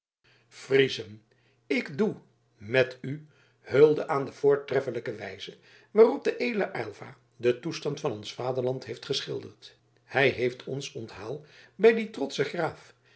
friezen ik doe met u hulde aan de voortreffelijke wijze waarop de edele aylva den toestand van ons vaderland heeft geschilderd hij heeft ons onthaal bij dien trotschen graaf